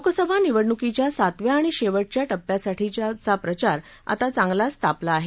लोकसभा निवडणुकीच्या सातव्या आणि शेवटच्या टप्प्यासाठीचा प्रचार आता चांगलाच तापला आहे